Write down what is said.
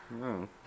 No